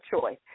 choice